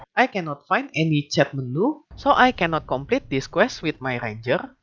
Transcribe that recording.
i cannot find any chat menu so i cannot complete this quest with my ranger.